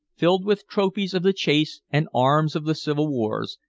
filled with trophies of the chase and arms of the civil wars,